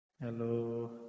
Hello